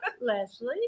Leslie